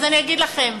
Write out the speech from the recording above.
אז אני אגיד לכם,